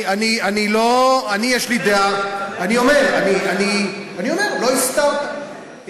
אני, יש לי דעה, לא הסתרתי.